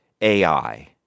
AI